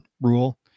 rule